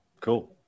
Cool